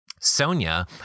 Sonia